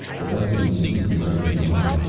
with unseen speed the knife came up,